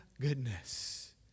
goodness